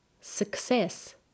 success